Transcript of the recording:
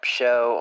show